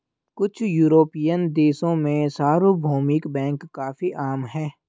कुछ युरोपियन देशों में सार्वभौमिक बैंक काफी आम हैं